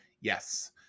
Yes